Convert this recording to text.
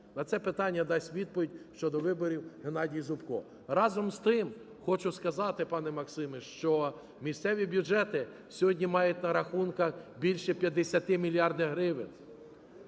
На це питання дасть відповідь, щодо виборів, Геннадій Зубко. Разом з тим, хочу сказати, пане Максиме, що місцеві бюджети сьогодні мають на рахунках більше 50 мільярдів гривень.